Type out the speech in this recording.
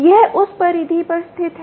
यह उस परिधि पर स्थित है